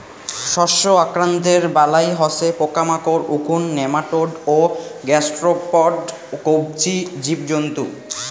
শস্য আক্রান্তর বালাই হসে পোকামাকড়, উকুন, নেমাটোড ও গ্যাসস্ট্রোপড কবচী জীবজন্তু